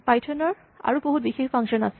Python ৰ আৰু বিশেষ ফাংচন আছে